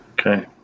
Okay